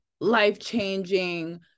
life-changing